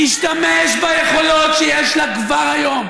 תפרוש מהממשלה.